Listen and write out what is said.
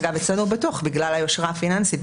אגב, אצלנו הוא בטוח בגלל היושרה הפיננסית.